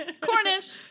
Cornish